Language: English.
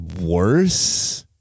Worse